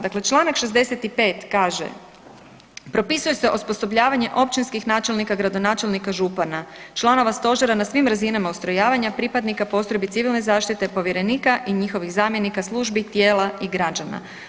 Dakle, čl. 65 kaže, propisuje se osposobljavanje općinskih načelnika, gradonačelnika, župana, članova stožera na svim razinama ustrojavanja, pripadnika postrojbi civilne zaštite, povjerenika i njihovih zamjenika službi, tijela i građana.